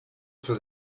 for